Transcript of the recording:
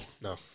No